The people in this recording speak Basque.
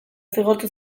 zigortu